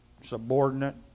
subordinate